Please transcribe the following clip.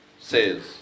says